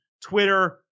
Twitter